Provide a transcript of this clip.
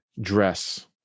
dress